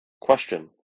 Question